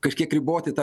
kažkiek riboti tą